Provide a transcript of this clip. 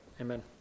amen